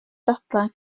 dadlau